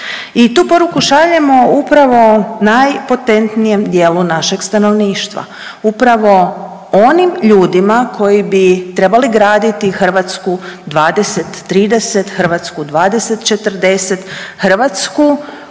I tu poruku šaljemo upravo najpotetnijem dijelu našeg stanovništva, upravo onim ljudima koji bi trebali graditi Hrvatsku 20, 30, Hrvatsku 20, 40, Hrvatsku